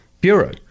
bureau